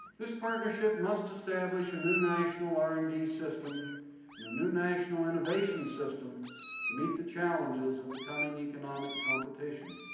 this partnership must establish a new national r and d system and a new national innovation system to meet the challenges of the coming economic competition.